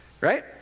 Right